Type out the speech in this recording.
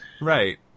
Right